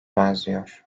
benziyor